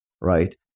right